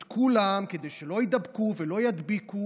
את כולם, כדי שלא יידבקו ולא ידביקו,